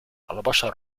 البشر